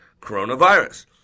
coronavirus